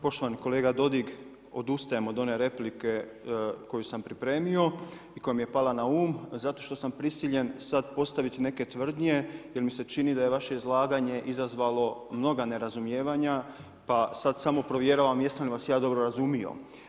Poštovani kolega Dodig, odustajem od one replike koju sam pripremio i koja mi je pala na um zato što sam prisiljen sad postaviti neke tvrdnje jer mi se čini da je vaše izlaganje izazvalo mnoga nerazumijevanja pa sad samo provjeravam jesam li ja vas dobro razumio.